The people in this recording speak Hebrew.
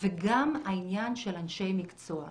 וגם העניין של אנשי מקצוע.